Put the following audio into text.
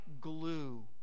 glue